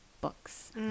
books